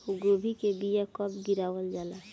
गोभी के बीया कब गिरावल जाला?